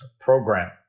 Program